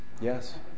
yes